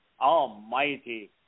Almighty